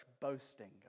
boasting